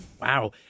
Wow